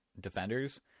defenders